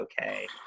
okay